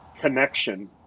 connection